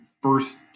first